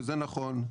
וזה נכון,